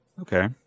Okay